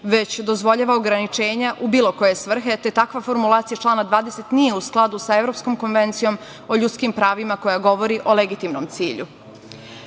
već dozvoljava ograničenja u bilo koje svrhe, te takva formulacija člana 20. nije u skladu sa Evropskom konvencijom o ljudskim pravima koja govori o legitimnom cilju. Iako